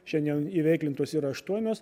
šiandien įveiklintos yra aštuonios